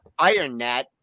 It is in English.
IronNet